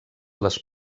les